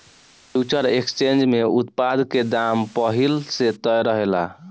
future exchange में उत्पाद के दाम पहिल से तय रहेला